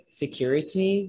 security